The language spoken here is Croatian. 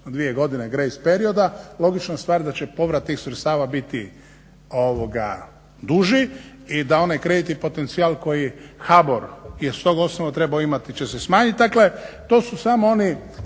dvije godine grace perioda, logična stvar da će povrat tih sredstava biti duži i da onaj kreditni potencijal koji HBOR je stog osnova trebao imati će se smanjiti.